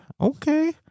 okay